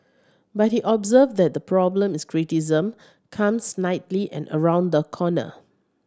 but he observed that the problem is criticism comes snidely and round the corner